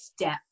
step